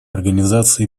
организации